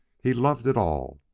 he loved it all.